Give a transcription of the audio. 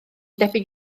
debyg